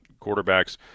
quarterbacks